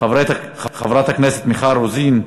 חברת הכנסת מיכל רוזין,